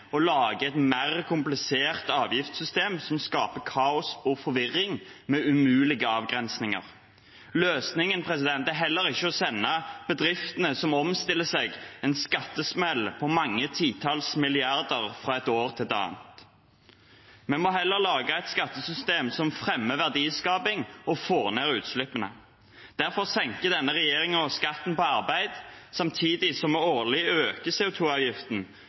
lage et mer komplisert avgiftssystem som skaper kaos og forvirring med umulige avgrensninger. Løsningen er heller ikke å sende bedriftene som omstiller seg, en skattesmell på mange titalls milliarder fra et år til et annet. Vi må heller lage et skattesystem som fremmer verdiskaping og får ned utslippene. Derfor senker denne regjeringen skatten på arbeid samtidig som vi årlig